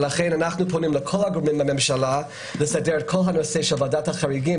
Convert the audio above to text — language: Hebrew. לכן אנחנו פונים לכל הגורמים בממשלה לסדר את כל הנושא של ועדת החריגים,